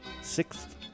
sixth